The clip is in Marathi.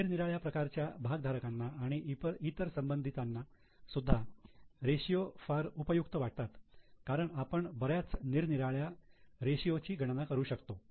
निरनिराळ्या प्रकारच्या भागधारकांना आणि इतर संबंधितांना सुद्धा रेषीयो फार उपयुक्त वाटतात कारण आपण बऱ्याच निरनिराळ्या रेषीयो ची गणना करू शकतो